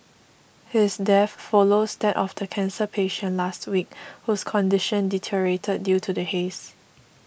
his death follows that of the cancer patient last week whose condition deteriorated due to the haze